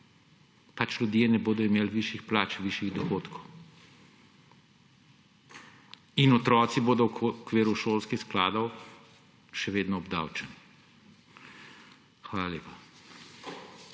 pač ljudje ne bodo imeli višjih plač, višjih dohodkov in otroci bodo v okviru šolskih skladov še vedno obdavčeni. Hvala lepa.